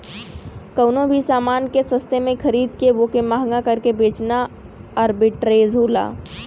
कउनो भी समान के सस्ते में खरीद के वोके महंगा करके बेचना आर्बिट्रेज होला